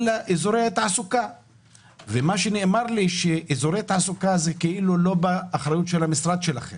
מה שנאמר לי זה שאזורי התעסוקה הם לא באחריות המשרד שלכם,